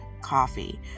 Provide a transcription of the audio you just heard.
coffee